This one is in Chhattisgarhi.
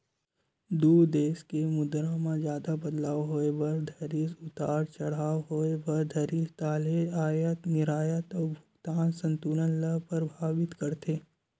दू देस के मुद्रा म जादा बदलाव होय बर धरिस उतार चड़हाव होय बर धरिस ताहले अयात निरयात अउ भुगतान संतुलन ल परभाबित करथे